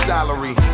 Salary